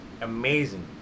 Amazing